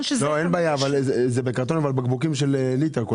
זה בבקבוקים של ליטר כל